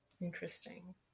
Interesting